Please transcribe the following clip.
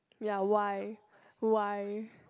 ya why why